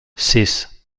sis